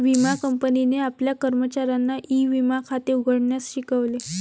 विमा कंपनीने आपल्या कर्मचाऱ्यांना ई विमा खाते उघडण्यास शिकवले